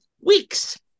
weeks